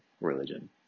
religion